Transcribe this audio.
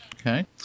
Okay